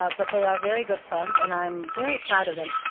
ah but they are very good friends, and i'm very proud of them.